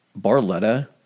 Barletta